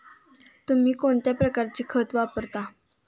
तुम्ही कोणत्या प्रकारचे खत वापरता?